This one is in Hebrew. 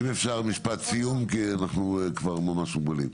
אם אפשר משפט סיום כי אנחנו כבר ממש גבוליים.